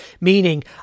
meaning